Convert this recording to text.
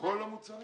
כל המוצרים?